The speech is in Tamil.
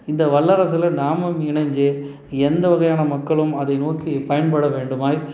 இந்த வல்லரசில் நாமளும் இணைஞ்சு எந்த வகையான மக்களும் அதை நோக்கி பயன்பட வேண்டுமாய்